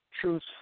truth